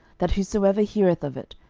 that whosoever heareth of it,